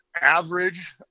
average